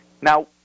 Now